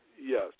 Yes